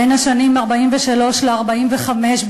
בשנים 1943 1945,